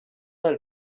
elles